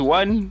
one